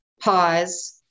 pause